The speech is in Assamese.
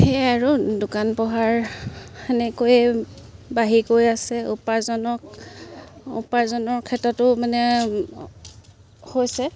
সেয়াই আৰু দোকান পোহাৰ সেনেকৈয়ে বাঢ়ি গৈ আছে উপাৰ্জনক উপাৰ্জনৰ ক্ষেত্ৰতো মানে হৈছে